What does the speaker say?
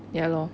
ya lor